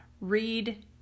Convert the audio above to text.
read